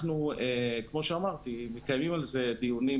כמו שאמרתי, אנחנו מקיימים דיונים